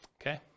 okay